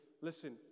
listen